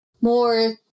more